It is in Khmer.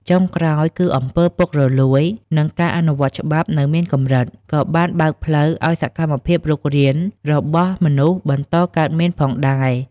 ចុងក្រោយ គឺអំពើពុករលួយ និង ការអនុវត្តច្បាប់នៅមានកម្រិត ក៏បានបើកផ្លូវឱ្យសកម្មភាពរុករានរបស់មនុស្សបន្តកើតមានផងដែរ។